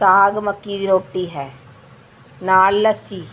ਸਾਗ ਮੱਕੀ ਦੀ ਰੋਟੀ ਹੈ ਨਾਲ ਲੱਸੀ